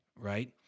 right